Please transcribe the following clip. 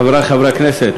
חברי חברי הכנסת,